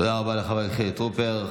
תודה רבה לחבר הכנסת חילי טרופר.